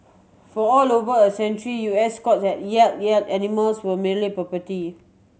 for all over a century U S courts have held that animals were merely property